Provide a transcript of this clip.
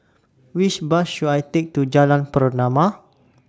Which Bus should I Take to Jalan Pernama